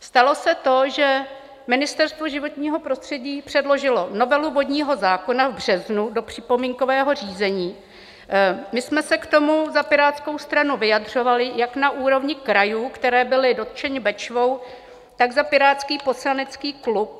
Stalo se to, že Ministerstvo životního prostředí předložilo novelu vodního zákona v březnu do připomínkového řízení, my jsme se k tomu za Pirátskou stranu vyjadřovali jak na úrovni krajů, které byly dotčeny Bečvou, tak za pirátský poslanecký klub.